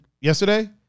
yesterday